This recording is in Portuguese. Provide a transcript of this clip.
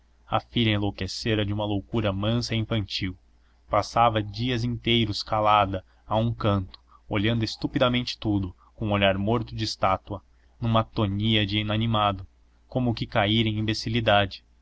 a filha enlouquecera de uma loucura mansa e infantil passava dias inteiros calada a um canto olhando estupidamente tudo com um olhar morto de estátua numa atonia de inanimado como que caíra em imbecilidade